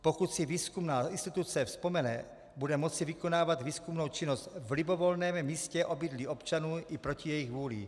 Pokud si výzkumná instituce vzpomene, bude moci vykonávat výzkumnou činnost v libovolném místě obydlí občanů i proti jejich vůli.